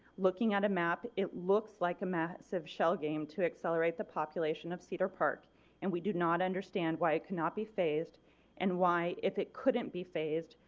looking at a map, it looks like a massive shell game to accelerate the population of cedar park and we do not understand why it cannot be phased and why if it couldn't be phased,